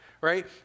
right